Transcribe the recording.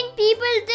people